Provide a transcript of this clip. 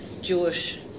Jewish